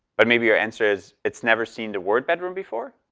but maybe your answer is, it's never seen the word bedroom before.